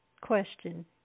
question